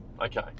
Okay